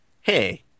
Hey